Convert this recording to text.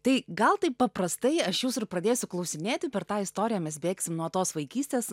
tai gal taip paprastai aš jūsų ir pradėsiu klausinėti per tą istoriją mes bėgsim nuo tos vaikystės